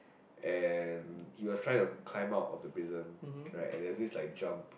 and he was trying to climb out of the prison right and there was this like jump